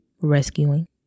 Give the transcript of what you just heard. rescuing